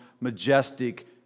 majestic